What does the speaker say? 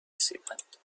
رسیدند